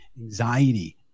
anxiety